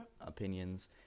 opinions